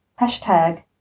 hashtag